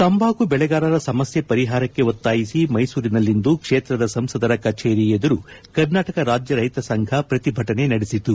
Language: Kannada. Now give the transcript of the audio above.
ತಂಬಾಕು ಬೆಳೆಗಾರರ ಸಮಸ್ಯೆ ಪರಿಹಾರಕ್ಕೆ ಒತ್ತಾಯಿಸಿ ಮೈಸೂರಿನಲ್ಲಿಂದು ಕ್ಷೇತ್ರದ ಸಂಸದರ ಕಚೇರಿ ಎದುರು ಕರ್ನಾಟಕ ರಾಜ್ಯ ರೈತ ಸಂಘ ಪ್ರತಿಭಟನೆ ನಡೆಸಿತು